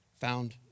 Found